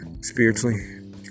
spiritually